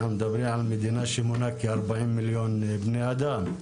אנחנו מדברים על מדינה שמונה כ-40 מיליון בני אדם,